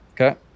Okay